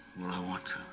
i want to